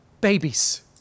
babies